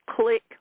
click